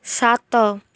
ସାତ